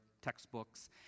textbooks